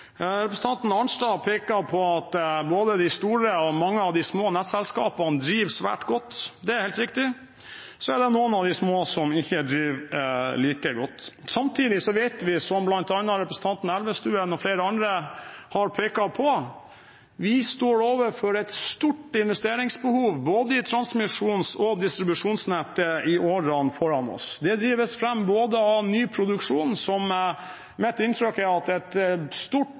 Representanten Arnstad pekte på at både de store og mange av de små nettselskapene driver svært godt – det er helt riktig. Men det er noen av de små som ikke driver like godt. Samtidig vet vi – som representanten Elvestuen og flere andre har pekt på – at vi står overfor et stort investeringsbehov i både transmisjonsnettet og distribusjonsnettet i årene som er foran oss. Det drives fram av ny produksjon, som jeg har inntrykk av at et stort